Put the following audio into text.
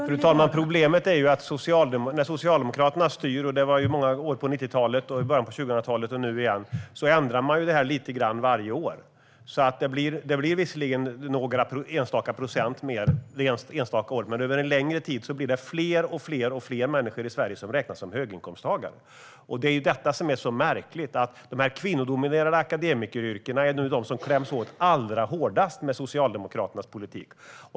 Fru talman! Problemet är att när Socialdemokraterna styr - många år på 90-talet och i början av 2000-talet samt nu igen - ändras detta lite grann varje år. Det blir visserligen någon enstaka procent mer något enstaka år, men över en längre tid räknas fler och fler människor i Sverige som höginkomsttagare. Det är så märkligt att de kvinnodominerade akademikeryrkena är de som kläms åt allra hårdast med Socialdemokraternas politik.